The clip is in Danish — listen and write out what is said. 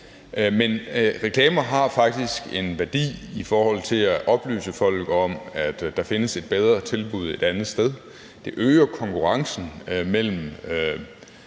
Men reklamer har faktisk en værdi i forhold til at oplyse folk om, at der findes et bedre tilbud et andet sted. Det øger konkurrencen mellem